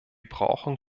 brauchen